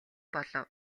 болов